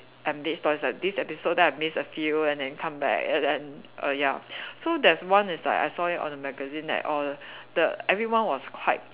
and bits stories then this episode that I miss a few and then come back and then err ya so there's one is like I saw it on the magazine that orh the everyone was quite